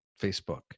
Facebook